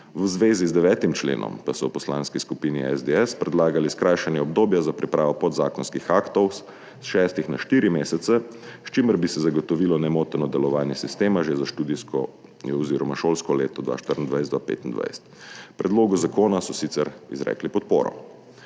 V zvezi z 9. členom pa so v Poslanski skupini SDS predlagali skrajšanje obdobja za pripravo podzakonskih aktov s šestih na štiri mesece, s čimer bi se zagotovilo nemoteno delovanje sistema že za študijsko oziroma šolsko leto 2024/2025. Predlogu zakona so sicer izrekli podporo.